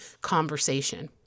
conversation